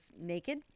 naked